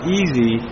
easy